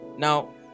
Now